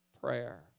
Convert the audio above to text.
Prayer